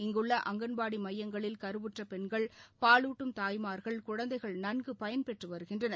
இங்குள்ள அங்கன்வாடி மையங்களில் கருவுற்ற பெண்கள் பாலூட்டும் தாய்மார்கள் குழந்தைகள் நன்கு பயன்பெற்று வருகின்றனர்